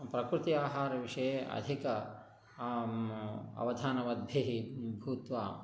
प्रकृति आहारविषये अधिकम् अवधानवद्भिः भूत्वा